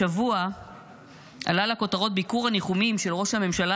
השבוע עלה לכותרות ביקור הניחומים של ראש הממשלה